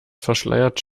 verschleiert